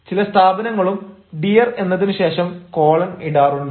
ചില സ്ഥാപനങ്ങളും ഡിയർ എന്നതിനുശേഷം കൊളൻ ഇടാറുണ്ട്